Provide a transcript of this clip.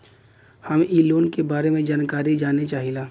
हम इ लोन के बारे मे जानकारी जाने चाहीला?